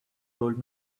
told